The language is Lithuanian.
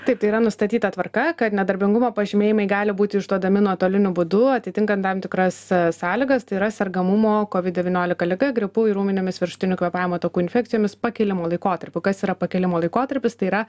taip tai yra nustatyta tvarka kad nedarbingumo pažymėjimai gali būti išduodami nuotoliniu būdu atitinkant tam tikras sąlygas tai yra sergamumo kovid devyniolika liga gripu ir ūminėmis viršutinių kvėpavimo takų infekcijomis pakilimo laikotarpiu kas yra pakilimo laikotarpis tai yra